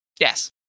Yes